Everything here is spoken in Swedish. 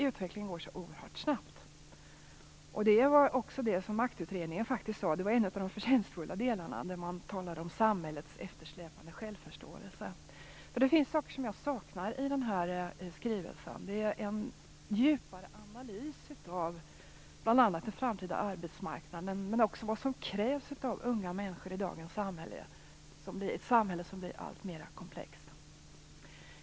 Utvecklingen går oerhört snabbt. Det var också vad Maktutredningen faktiskt sade, det var en av de förtjänstfulla delarna. Man talade om samhällets eftersläpande självförståelse. För det finns saker som jag saknar i den här skrivelsen. Jag saknar en djupare analys av bl.a. den framtida arbetsmarknaden, men också av vad som krävs av unga människor i dagens samhälle, ett samhälle som blir alltmer komplext.